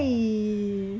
why